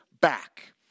back